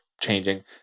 changing